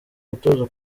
gutoza